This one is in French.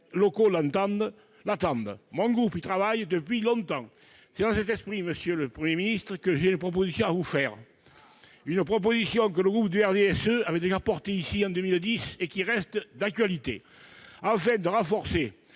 locaux l'attendent. Mon groupe y travaille depuis longtemps. C'est dans cet esprit, monsieur le Premier ministre, que j'ai une proposition à vous faire, une proposition que le groupe du RDSE avait déjà portée ici en 2010 et qui reste d'actualité. Afin de renforcer